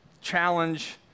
challenge